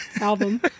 album